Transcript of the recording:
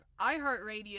iHeartRadio